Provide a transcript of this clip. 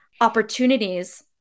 opportunities